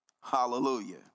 Hallelujah